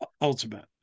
ultimately